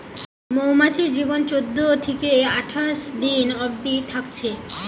মৌমাছির জীবন চোদ্দ থিকে আঠাশ দিন অবদি থাকছে